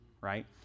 right